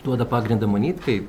duoda pagrindą manyt